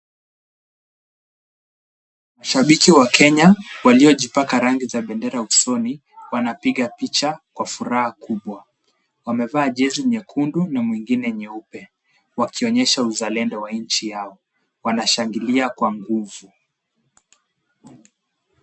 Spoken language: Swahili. Shabiki wa Kenya waliojipaka rangi za bendera usoni ,wanapiga picha kwa furaha kubwa, wamevaa jezi nyekundu na mwingine nyeupe ,wakionyesha uzalendo wa nchi yao ,wanashangilia kwa nguvu.